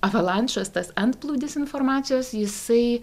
avalančas tas antplūdis informacijos jisai